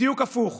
בדיוק הפוך.